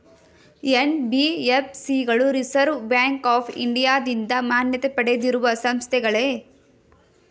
NBFC ಗಳು reserve bank of ಇಂಡಿಯಾದಿಂದ ಮಾನ್ಯತೆ ಪಡೆದಿರುವ ಸಂಸ್ಥೆಗಳೇ?